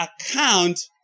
account